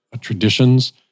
traditions